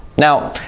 now,